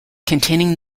containing